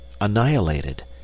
annihilated